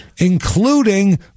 including